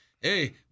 Hey